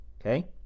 okay